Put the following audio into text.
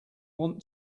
want